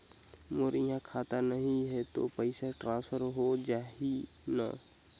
मोर इहां खाता नहीं है तो पइसा ट्रांसफर हो जाही न?